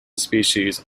species